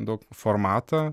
duot formatą